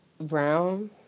Brown